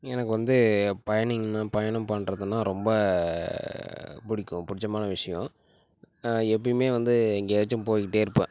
எனக்கு வந்து பயணிங்கன்னா பயணம் பண்ணுறதுன்னா ரொம்ப பிடிக்கும் பிடிச்சமான விஷயம் எப்பையுமே வந்து எங்கேயாச்சும் போய்கிட்டே இருப்பன்